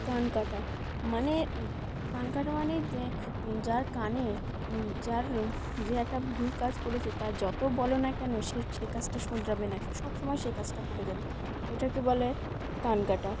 কান কাটা মানে কান কাটা মানে যে যার কানে যার যে একটা ভুল কাজ করেছে তার যত বলো না কেন সে সে কাজটা শোধরাবে না সে সব সময় সে কাজটা করে যাবে এটাকে বলে কান কাটা